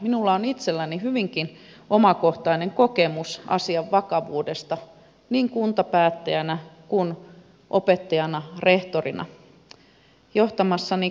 minulla on itselläni hyvinkin omakohtainen kokemus asian vakavuudesta niin kuntapäättäjänä kuin opettajana rehtorina